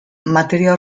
materia